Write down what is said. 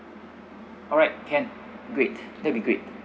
alright can great that'll be great